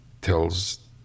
tells